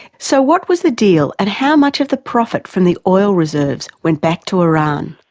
so what was the deal, and how much of the profit from the oil reserves went back to iran?